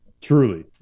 Truly